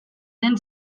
den